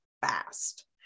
fast